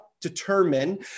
determine